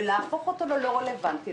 ולהפוך אותו ללא רלוונטי,